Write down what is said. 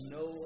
no